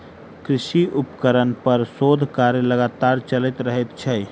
कृषि उपकरण पर शोध कार्य लगातार चलैत रहैत छै